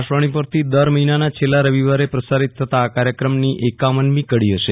આકાશવાણી પરથી દર મહિનાના છેલ્લા રવિવારે પ્રસારીત થતાં આ કાર્યક્રમની એકાવન મી કડી હશે